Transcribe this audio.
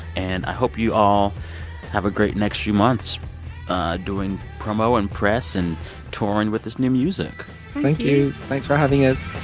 and i hope you all have a great next few months doing promo and press and touring with this new music thank you thanks for having us